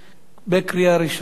בקריאה ראשונה.